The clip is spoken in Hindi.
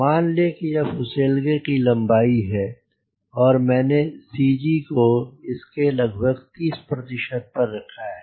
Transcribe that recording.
मान लें कि यह फुसेलगे की लम्बाई है और मैंने CG को इसके लगभग 30 प्रतिशत पर रखा है